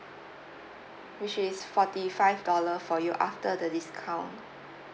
which is forty five dollar for you after the discount